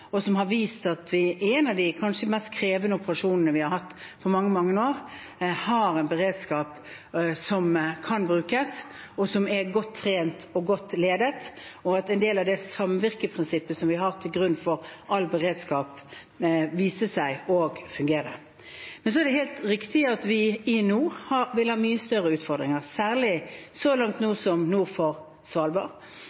og det har vist at vi – i en av de kanskje mest krevende operasjonene vi har hatt på mange, mange år – har en beredskap som kan brukes, som er godt trent og godt ledet. En del av det samvirkeprinsippet som vi legger til grunn for all beredskap, viste seg å fungere. Men så er det helt riktig at vi i nord vil ha mye større utfordringer, særlig så langt